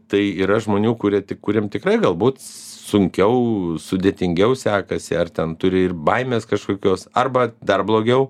tai yra žmonių kurie tik kuriem tikrai galbūt sunkiau sudėtingiau sekasi ar ten turi ir baimės kažkokios arba dar blogiau